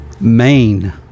Maine